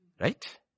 Right